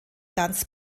ganz